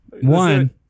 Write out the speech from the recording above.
One